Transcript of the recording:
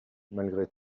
malgré